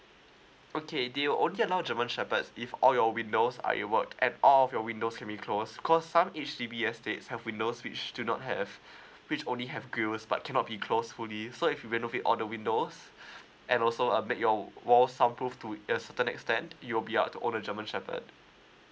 okay did you only allow german shepherds if all your windows are ovoid at all of your windows can be close cause some H_D_B estates have windows which do not have which only have grills but cannot be close fully so if you renovate all the windows and also uh make your walls soundproof to a certain extent you'll be own the german shepherd